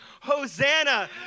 Hosanna